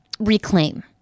reclaim